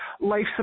life